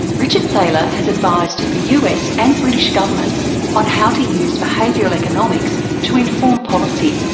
richard thaler has advised the us and british governments on how to use behavioural economics to inform policy.